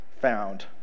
found